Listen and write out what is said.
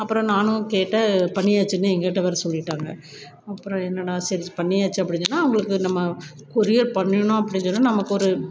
அப்புறம் நானும் கேட்டேன் பண்ணியாச்சின்னு என்கிட்ட வேறு சொல்லிவிட்டாங்க அப்புறம் என்னடா சரி பண்ணியாச்சு அப்படின்னு சொன்னா அவங்களுக்கு நம்ம கொரியர் பண்ணணுனு அப்படின்னு சொன்னா நமக்கு ஒரு